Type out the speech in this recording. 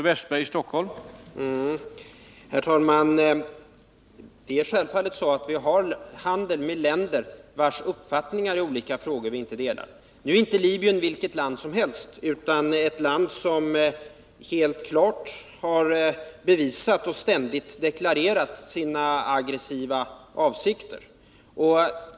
Herr talman! Det är självfallet så att vi har handel med länder vars uppfattningar i olika frågor vi inte delar. Nu är inte Libyen vilket land som helst, utan ett land som helt klart ständigt har bevisat och deklarerat sina aggressiva avsikter.